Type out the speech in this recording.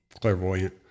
clairvoyant